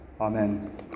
Amen